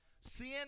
Sin